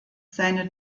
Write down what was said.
seine